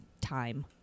time